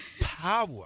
power